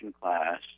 class